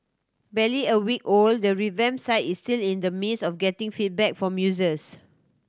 barely a week old the revamp site is still in the midst of getting feedback from users